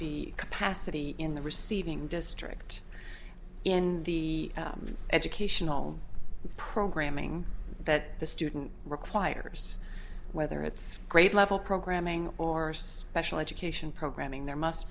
be capacity in the receiving district in the educational programming that the student requires whether it's grade level programming or a special education programming there must